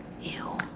Ew